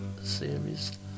series